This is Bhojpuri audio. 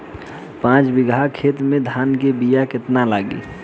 पाँच बिगहा खेत में धान के बिया केतना लागी?